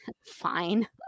fine